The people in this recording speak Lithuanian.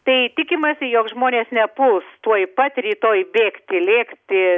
tai tikimasi jog žmonės nepuls tuoj pat rytoj bėgti lėkti